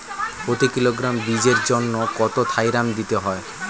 প্রতি কিলোগ্রাম বীজের জন্য কত থাইরাম দিতে হবে?